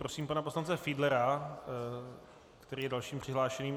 Prosím pana poslance Fiedlera, který je dalším přihlášeným.